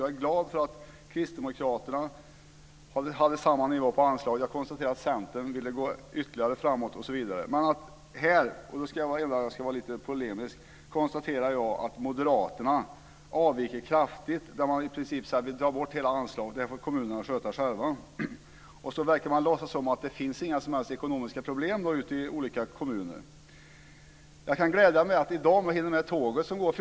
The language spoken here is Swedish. Jag är glad för att kristdemokraterna har samma nivå på anslaget. Jag konstaterar att Centern vill gå ytterligare framåt osv. Men här ska jag vara lite polemisk, och jag konstaterar att moderaterna avviker kraftigt och vill i princip ta bort hela anslaget och att kommunerna ska sköta detta själva. Sedan verkar moderaterna låtsas som om att det inte finns några ekonomiska problem i olika kommuner. Jag kan glädja er med att jag i dag - om jag hinner med tåget som går kl.